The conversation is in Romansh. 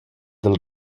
dal